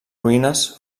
ruïnes